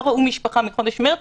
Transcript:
לא ראו משפחה מחודש מרץ,